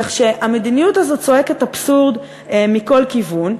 כך שהמדיניות הזאת צועקת אבסורד מכל כיוון.